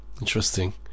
Interesting